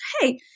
Hey